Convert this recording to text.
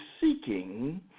seeking